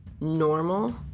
normal